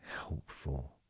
helpful